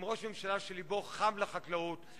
עם ראש ממשלה שלבו חם לחקלאות,